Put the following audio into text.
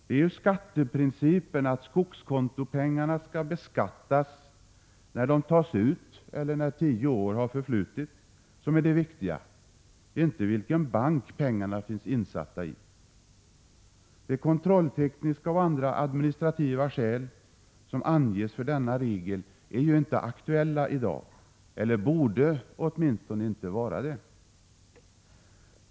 Det är skatteprincipen — att skogskontopengarna skall beskattas när de tas ut eller när tio år har förflutit — som är det viktiga, inte vilken bank pengarna finns insatta i. De kontrolltekniska och andra administrativa skäl som anges för denna regel är inte aktuella i dag — eller borde åtminstone inte vara det.